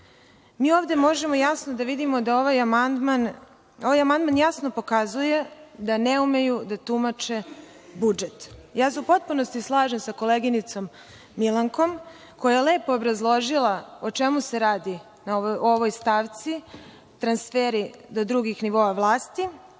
ovde možemo jasno da vidimo da ovaj amandman jasno pokazuje da ne umeju da tumače budžet. Ja se u potpunosti slažem sa koleginicom Milankom koja je lepo obrazložila o čemu se radi u ovoj stavci, transferi do drugih nivoa vlasti.